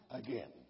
again